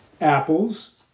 apples